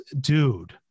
Dude